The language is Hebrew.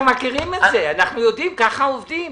אנחנו מכירים את זה, אנחנו יודעים, ככה עובדים.